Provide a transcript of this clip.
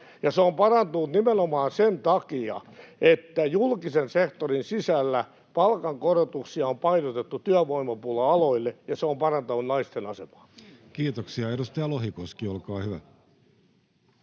se on parantunut nimenomaan sen takia, että julkisen sektorin sisällä palkankorotuksia on painotettu työvoimapula-aloille ja se on parantanut naisten asemaa. [Ben Zyskowicz: Kelpaako